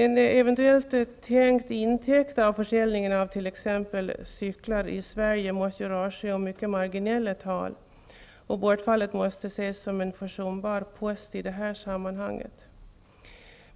En eventuell intäkt av försäljningen av t.ex. cyklar i Sverige måste röra sig om marginella tal. Bortfallet måste ses som en försumbar post i det här sammanhanget.